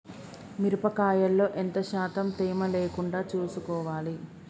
మిరప కాయల్లో ఎంత శాతం తేమ లేకుండా చూసుకోవాలి?